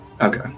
Okay